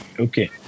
Okay